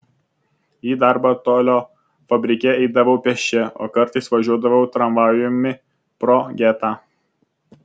į darbą tolio fabrike eidavau pėsčia o kartais važiuodavau tramvajumi pro getą